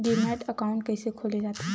Demat account कइसे खोले जाथे?